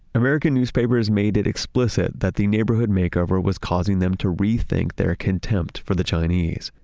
american newspapers made it explicit that the neighborhood makeover was causing them to rethink their contempt for the chinese.